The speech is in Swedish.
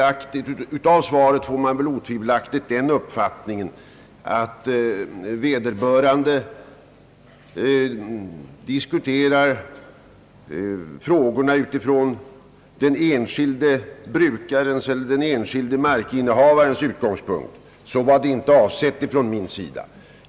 Av svaret får man otvivelaktigt den uppfattningen att vederbörande diskuterar frågorna utifrån den enskilde markinnehavarens utgångspunkt. Så var det inte avsett från min sida.